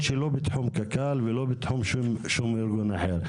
שלא בתחום קק"ל ולא בתחום של שום ארגון אחר?